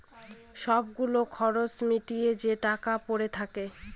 সব গুলো খরচ মিটিয়ে যে টাকা পরে থাকে